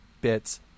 Bits